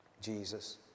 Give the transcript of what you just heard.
Jesus